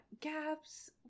Gaps –